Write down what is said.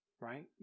Right